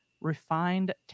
refined